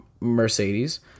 Mercedes